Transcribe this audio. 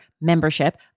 membership